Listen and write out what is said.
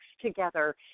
together